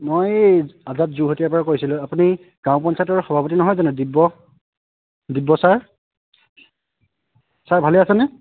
মই আজাদ জুহতীয়াৰ পৰা কৈছিলোঁ আপুনি গাঁও পঞ্চায়তৰ সভাপতি নহয় জানো দিব্য দিব্য ছাৰ ছাৰ ভালেই আছেনে